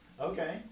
Okay